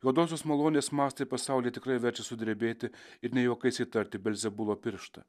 juodosios malonės mastai pasauly tikrai verčia sudrebėti ir ne juokais įtarti belzebubo pirštą